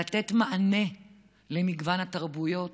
לתת מענה למגוון התרבויות,